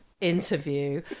interview